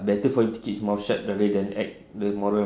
better for him to keep his mouth shut rather than act moral